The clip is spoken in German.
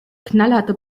knallharter